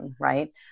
right